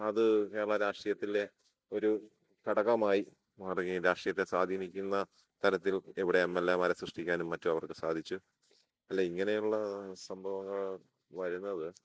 അത് കേരള രാഷ്ട്രീയത്തിലെ ഒരു ഘടകമായി മാറുകയും രാഷ്ട്രീയത്തെ സ്വാധീനിക്കുന്ന തലത്തിൽ ഇവിടെ എംഎൽഎമാരെ സൃഷ്ടിക്കാനും മറ്റും അവർക്ക് സാധിച്ചു അല്ല ഇങ്ങനെയുള്ള സംഭവങ്ങൾ വരുന്നത്